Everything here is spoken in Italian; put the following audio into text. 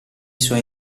suoi